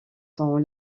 sont